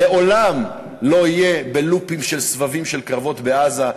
לעולם לא יהיה בלוּפּים של סבבים של קרבות בעזה.